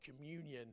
communion